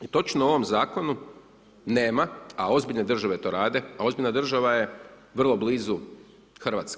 I točno u ovom Zakonu nema, a ozbiljne države to rade, a ozbiljna država je vrlo blizu Hrvatske.